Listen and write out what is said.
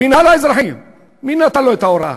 המינהל האזרחי, מי נתן לו את ההוראה?